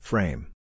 Frame